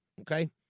okay